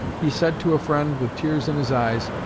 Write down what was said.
he said to a friend, with tears in his eyes,